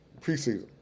Preseason